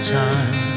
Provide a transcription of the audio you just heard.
time